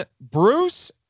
Bruce